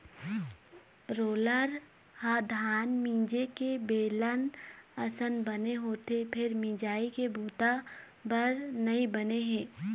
roller ह धान मिंजे के बेलन असन बने होथे फेर मिंजई के बूता बर नइ बने हे